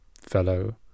fellow